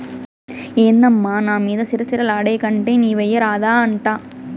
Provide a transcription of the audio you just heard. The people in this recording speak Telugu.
ఏందమ్మా నా మీద సిర సిర లాడేకంటే నీవెయ్యరాదా అంట